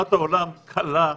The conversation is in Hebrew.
ותמונת העולם קלה לקבל.